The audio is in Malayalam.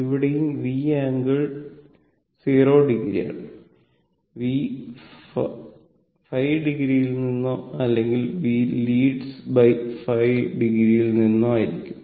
ഇവിടെയും v ആംഗിൾ 0 o ആണ് Vϕo യിൽ നിന്നോ അല്ലെങ്കിൽ v ലീഡ്സ് ബൈ ϕo യിൽ നിന്നോ ആയിരിക്കും